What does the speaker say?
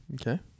Okay